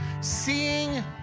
seeing